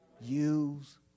Use